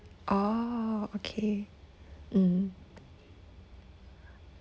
oh okay mm